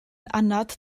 anad